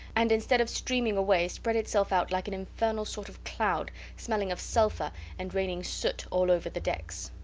and instead of streaming away spread itself out like an infernal sort of cloud, smelling of sulphur and raining soot all over the decks.